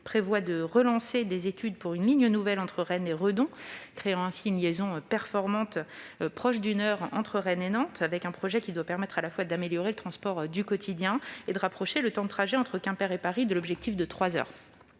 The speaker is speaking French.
prévoit le lancement d'études pour une ligne nouvelle entre Rennes et Redon, créant une liaison performante, proche d'une heure, entre Rennes et Nantes. Ce projet doit permettre, à la fois, d'améliorer les transports du quotidien et de rapprocher le temps de trajet entre Quimper et Paris de l'objectif des trois heures.